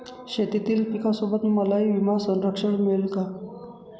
शेतीतील पिकासोबत मलाही विमा संरक्षण मिळेल का?